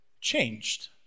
changed